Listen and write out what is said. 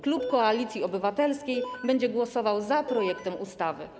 Klub Koalicji Obywatelskiej będzie głosował za projektem ustawy.